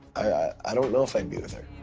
i don't know if i'd be with her.